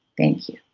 thank you.